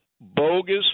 bogus